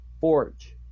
Forge